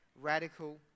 radical